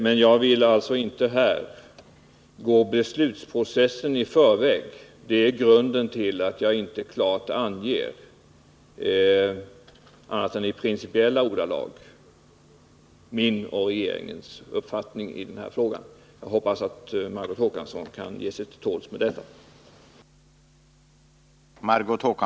Men jag vill alltså inte här gå beslutsprocessen i förväg. Det är grunden till att jag inte klart anger annat än i principiella ordalag min och regeringens uppfattning i denna fråga. Jag hoppas att Margot Håkansson kan ge sig till tåls med detta.